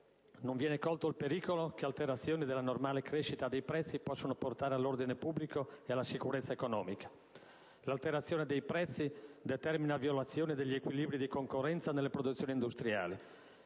Non viene colto il pericolo che alterazioni della normale crescita dei prezzi possono portare all'ordine pubblico e alla sicurezza economica. L'alterazione dei prezzi determina violazioni degli equilibri di concorrenza nelle produzioni industriali.